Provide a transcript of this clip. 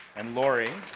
and lori.